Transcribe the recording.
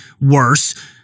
worse